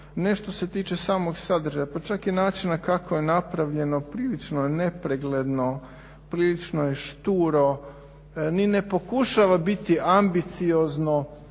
ne što se tiče samog sadržaja pa čak i načina kako je napravljeno, prilično je nepregledno, prilično je šturo. Ni ne pokušava biti ambiciozno,